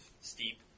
steep